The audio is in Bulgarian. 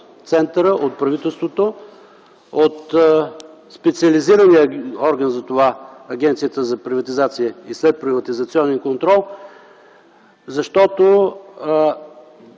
центъра, от правителството, от специализирания орган за това – Агенцията за приватизация и следприватизационен контрол. Защото